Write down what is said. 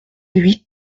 huit